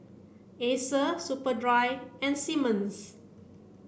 Acer Superdry and Simmons